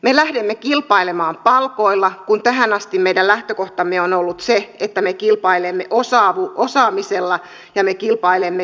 me lähdemme kilpailemaan palkoilla kun tähän asti meidän lähtökohtamme on ollut se että me kilpailemme osaamisella ja me kilpailemme tuottavuudella